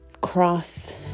cross